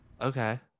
okay